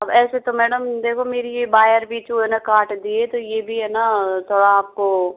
अब ऐसे तो मैडम देखो मेरी ये वायर भी जो है ना काट दी है तो ये भी है ना थोड़ा आप को